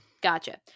gotcha